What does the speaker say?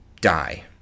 die